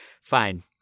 Fine